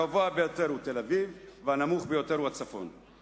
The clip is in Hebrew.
השיעור הגבוה ביותר הוא בתל-אביב והנמוך ביותר הוא בצפון.